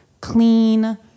clean